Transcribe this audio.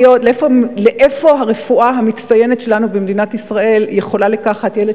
איך הרפואה המצטיינת שלנו במדינת ישראל יכולה לקחת ילד